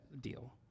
deal